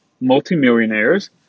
multimillionaires